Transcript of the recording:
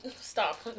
Stop